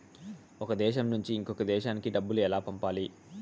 ఒక దేశం నుంచి ఇంకొక దేశానికి డబ్బులు ఎలా పంపాలి?